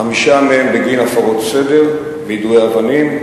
חמישה מהם בגין הפרות סדר ויידוי אבנים,